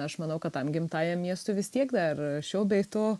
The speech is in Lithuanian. aš manau kad tam gimtajam miestui vis tiek dar šio bei to